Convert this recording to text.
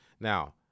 Now